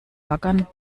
baggern